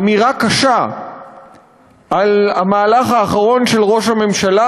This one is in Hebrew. אמירה קשה על המהלך האחרון של ראש הממשלה,